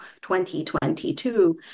2022